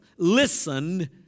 listen